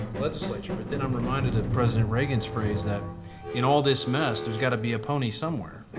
legislature but then i'm reminded of president reagan's phrase that in all this mess, there's got to be a pony somewhere.